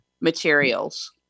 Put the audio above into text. materials